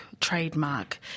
trademark